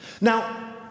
Now